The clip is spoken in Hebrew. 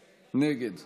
פרצו לרחבת מסגד אל-אקצא.